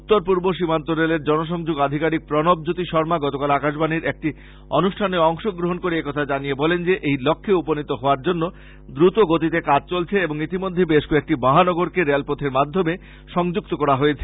উত্তরপূর্ব সীমান্ত রেলের জনসংযোগ আধিকারীক প্রণবজ্যোতি শর্মা গতকাল আকাশবাণীর একটি অনুষ্ঠানে অংশগ্রহন করে এই কথা জানিয়ে বলেন যে এই লক্ষ্যে উপনীত হোয়ার জন্য দ্রতগতিতে কাজ চলছে এবং ইতিমধ্যে বেশ কয়েকটি মহানগরকে রেলপথের মাধ্যমে সংযুক্ত করা হয়েছে